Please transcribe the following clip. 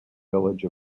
village